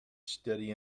steady